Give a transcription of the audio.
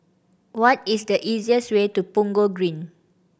what is the easiest way to Punggol Green